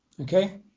Okay